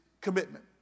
commitment